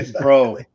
Bro